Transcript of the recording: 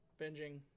binging